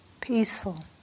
peaceful